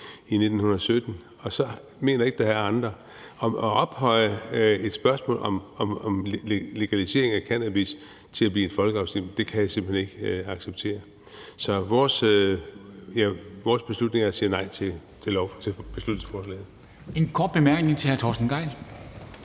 i 1916. Og så mener jeg ikke, at der er andre. Og at ophøje et spørgsmål om legalisering af cannabis til at blive en folkeafstemning kan jeg simpelt hen ikke acceptere. Så vores beslutning er at sige nej til beslutningsforslaget. Kl. 18:08 Formanden (Henrik Dam Kristensen):